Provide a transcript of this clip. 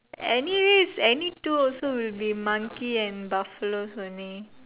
anyways any two also will be monkey and buffaloes only